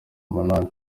umunani